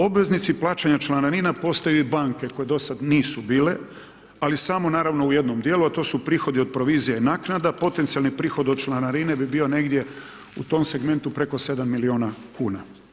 Obveznici plaćanja članarina postaju i banke, koje do sada nisu bile, ali samo naravno u jednom dijelu, to su prihodi od provizije i naknade, potencijalni prihod od članarine bi bio negdje u tom segmentu preko 7 milijuna kn.